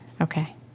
Okay